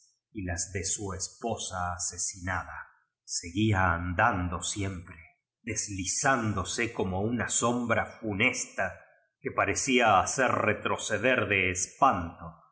y las de su esposa asesinada seguía andamio siempre deslizándose co mo mía sombra funes tu que parecía hacer retroceder de espanto a